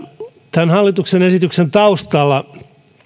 tämän hallituksen esityksen taustalla